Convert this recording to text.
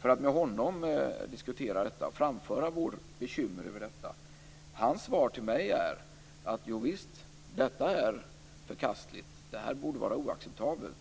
för att med honom diskutera detta och framföra vårt bekymmer över det. Hans svar till mig är: Jovisst, detta är förkastligt. Det här borde vara oacceptabelt.